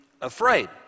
afraid